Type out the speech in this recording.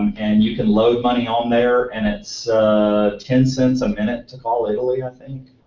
and you can load money on there and it's ten cents a minute to call italy, i think.